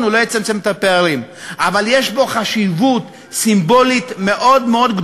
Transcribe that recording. אתה לא רוצה להזכיר אותי שוב כאן מעל הדוכן היום?